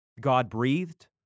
God-breathed